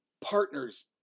partners